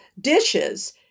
dishes